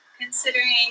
considering